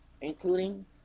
including